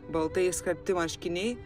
baltai išskalbti marškiniai